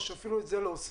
או שאפילו את זה לא עושים.